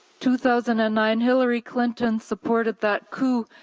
two thousand and nine, hillary clinton supported that coup,